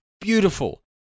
Beautiful